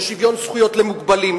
לשוויון זכויות למוגבלים,